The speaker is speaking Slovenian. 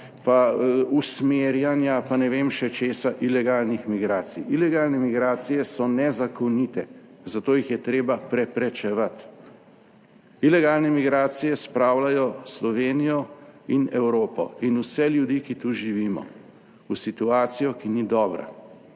pa usmerjanja pa ne vem še česa ilegalnih migracij. Ilegalne migracije so nezakonite, zato jih je treba preprečevati. Ilegalne migracije spravljajo Slovenijo in Evropo in vse ljudi, ki tu živimo, v situacijo, ki ni dobra,